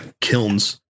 kilns